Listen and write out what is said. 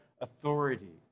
authority